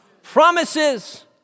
Promises